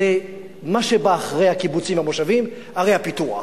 מה שבא אחרי הקיבוצים והמושבים, ערי הפיתוח.